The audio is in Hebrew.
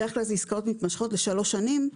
בדרך כלל זה עסקאות מתמשכות לשלוש שנים.